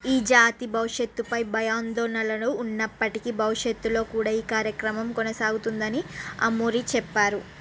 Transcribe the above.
ఈ జాతి భవిష్యత్తుపై భయాందోళనలు ఉన్నప్పటికీ భవిష్యత్తులో కూడా ఈ కార్యక్రమం కొనసాగుతుందని అమూరీ చెప్పారు